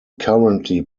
currently